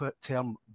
term